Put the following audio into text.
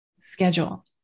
schedule